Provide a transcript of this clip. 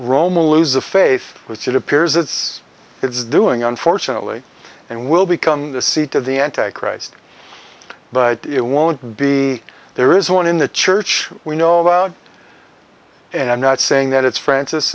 the faith which it appears it's it's doing unfortunately and will become the seat of the anti christ but it won't be there is one in the church we know about and i'm not saying that it's francis